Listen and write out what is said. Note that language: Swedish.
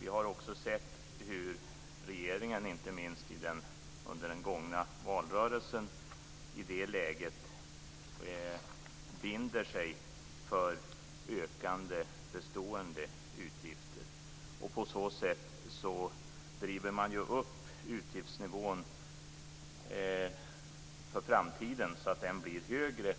Vi har också sett hur regeringen inte minst under den gångna valrörelsen i det läget binder sig för ökande bestående utgifter. På så sätt driver man ju upp utgiftsnivån för framtiden, så att det blir